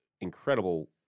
incredible